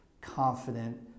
confident